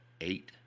eight